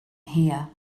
here